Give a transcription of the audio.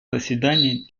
заседаний